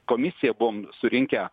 komisiją buvom surinkę